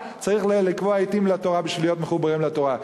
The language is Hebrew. צריך לקבוע עתים לתורה בשביל להיות מחוברים לתורה.